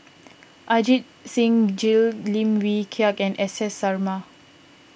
Ajit Singh Gill Lim Wee Kiak and S S Sarma